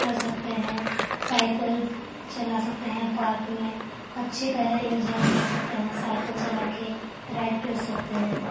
کر سکتے ہیں سائیکل چلا سکتے ہیں پارک میں اچھی طرح انجوائے کر سکتے ہیں سائیکل چلا کے رائڈ کر سکتے ہیں